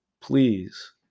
please